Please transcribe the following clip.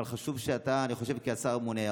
אבל חשוב שאתה כשר הממונה,